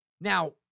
Now